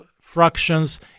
fractions